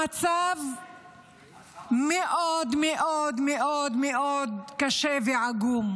המצב מאוד מאוד מאוד מאוד קשה ועגום.